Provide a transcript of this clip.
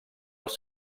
els